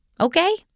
Okay